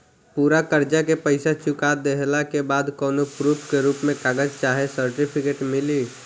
पूरा कर्जा के पईसा चुका देहला के बाद कौनो प्रूफ के रूप में कागज चाहे सर्टिफिकेट मिली?